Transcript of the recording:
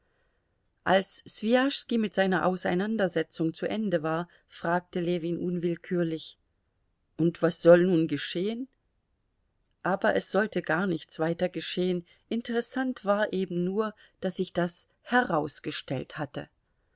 als swijaschski mit seiner auseinandersetzung zu ende war fragte ljewin unwillkürlich und was soll nun geschehen aber es sollte gar nichts weiter geschehen interessant war eben nur daß sich das herausgestellt hatte